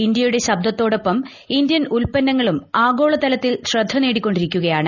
ഇന്ത്യയുടെ ശ്ര്ബ്ദ്തോടൊപ്പം ഇന്ത്യൻ ഉത്പന്നങ്ങളും ആഗോള തലത്തിൽ ശ്ര്ദ്ധ നേടിക്കൊണ്ടിരിക്കുകയാണ്